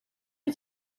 ich